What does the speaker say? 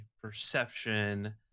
perception